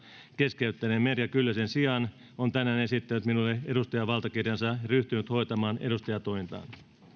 keskeyttäneen merja kyllösen sijaan on tänään esittänyt minulle edustajanvaltakirjansa ja ryhtynyt hoitamaan edustajantointaan